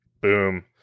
Boom